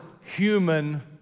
human